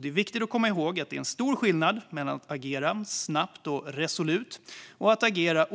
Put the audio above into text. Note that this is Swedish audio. Det är viktigt att komma ihåg att det är stor skillnad mellan att agera snabbt och resolut och att agera